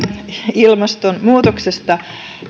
ilmastonmuutoksesta